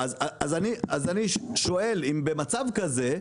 אז אני שואל אם במצב כזה,